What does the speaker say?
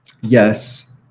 Yes